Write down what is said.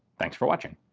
thanks for watching.